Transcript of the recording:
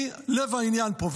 היא לב העניין פה.